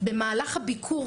במהלך הביקור,